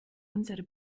unsere